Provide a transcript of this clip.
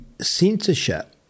censorship